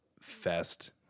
fest